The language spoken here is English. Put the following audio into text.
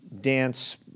dance